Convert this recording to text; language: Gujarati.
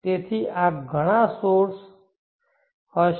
તેથી આ ઘણા સોર્સ હશે